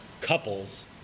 couples